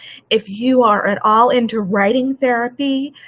if you are at all into writing therapy,